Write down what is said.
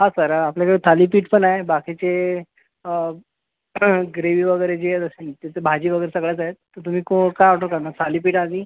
हा सर आपल्याकडं थालीपीठ पण आहे बाकीचे ग्रेवी वगैरे जे भाजी वगैरे सगळंच आहे तुम्ही को काय ऑर्डर करणार थालीपीठ आणि